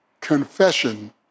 confession